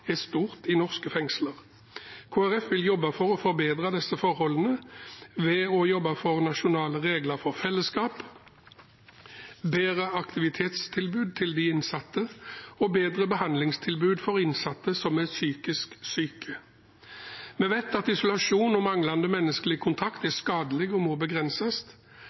er stort i norske fengsler. Kristelig Folkeparti vil jobbe for å forbedre disse forholdene ved å jobbe for nasjonale regler for fellesskap, bedre aktivitetstilbud til de innsatte og bedre behandlingstilbud for innsatte som er psykisk syke. Vi vet at isolasjon og manglende menneskelig kontakt er skadelig og må begrenses,